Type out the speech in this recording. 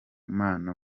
mana